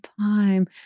time